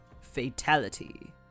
Fatality